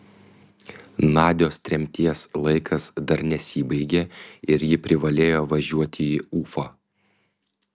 nadios tremties laikas dar nesibaigė ir ji privalėjo važiuoti į ufą